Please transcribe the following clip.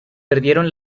perdieron